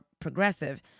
progressive